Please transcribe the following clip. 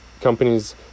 companies